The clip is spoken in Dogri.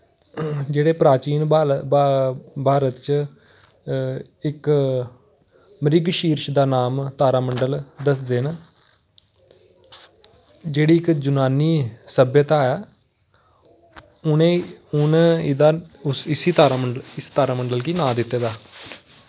जेह्ड़े प्राचीन भारत च इक मृगशीर्ष दा नांऽ तारा मंडल दसदे न जेह्ड़ी इक यूनानी सभ्यता ऐ उ'नें एह्दा इसी इसी तारामंडल गी नांऽ दित्ते दा